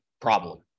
problem